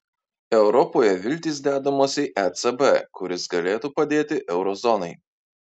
europoje viltys dedamos į ecb kuris galėtų padėti euro zonai